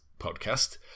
podcast